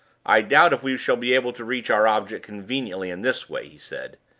i doubt if we shall be able to reach our object conveniently in this way, he said.